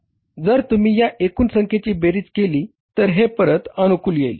जर तुम्ही या एकूण संख्येची बेरीज केली तर हे परत अनुकूल येईल